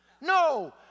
No